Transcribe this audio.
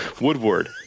Woodward